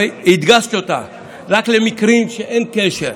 והדגשתי אותו רק למקרים שאין קשר.